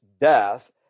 death